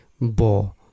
bo